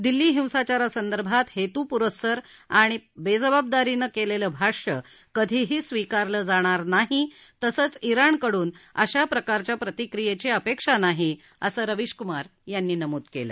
दिल्ली हिंसाचारासंदर्भात हेतूपरस्पर आणि बेजबाबदारीनं केलेलं भाष्य कधीही स्वीकारलं जाणार नाही तसंच ज्ञाणकडून अशा प्रकारच्या प्रतिक्रियेची अपेक्षा नाही असं रवीश कुमार यांनी नमूद केलं